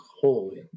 holy